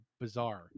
bizarre